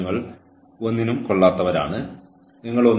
ഒരു പോസിറ്റീവ് നോട്ടിൽ അവസാനിപ്പിക്കുക